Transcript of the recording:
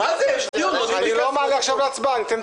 אבל אתה נשאר עכשיו לשבת?